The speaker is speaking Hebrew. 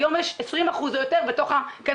היום יש 20% או יותר בתוך הקנאביס.